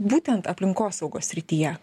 būtent aplinkosaugos srityje